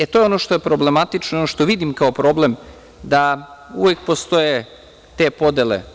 E, to je ono što je problematično i ono što vidim kao problem, da uvek postoje te podele.